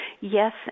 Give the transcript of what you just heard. yes